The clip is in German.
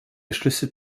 beschlüsse